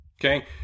okay